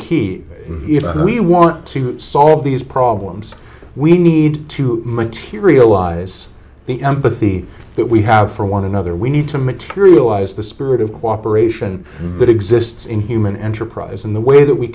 key we want to solve these problems we need to materialize the empathy that we have for one another we need to materialize the spirit of cooperation that exists in human enterprise in the way that we